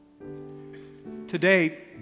Today